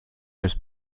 ist